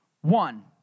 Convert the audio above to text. one